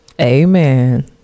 Amen